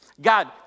God